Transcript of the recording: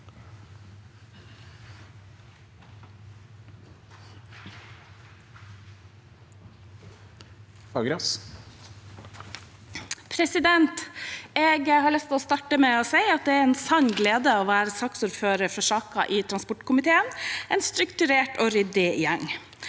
for saken): Jeg har lyst til å starte med å si at det er en sann glede å være saksordfører for saker i transportkomiteen, en strukturert og ryddig gjeng.